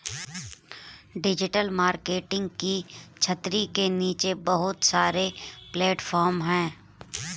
digital marketing की छतरी के नीचे बहुत सारे प्लेटफॉर्म हैं